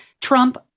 Trump